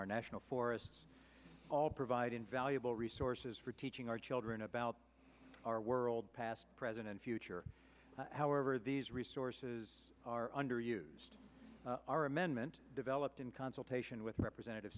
our national forests all providing valuable resources for teaching our children about our world past present and future however these resources are underused our amendment developed in consultation with representative